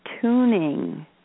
tuning